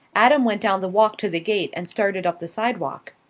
adam went down the walk to the gate and started up the sidewalk.